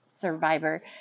survivor